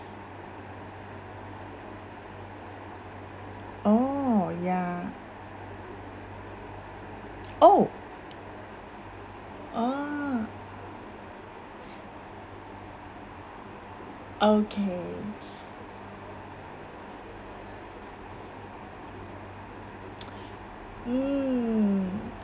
oh ya oh oo okay mm